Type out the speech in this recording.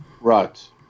Right